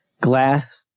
glass